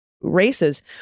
races